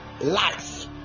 life